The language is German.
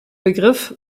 begriff